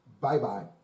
bye-bye